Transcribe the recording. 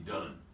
done